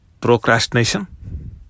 Procrastination